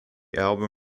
album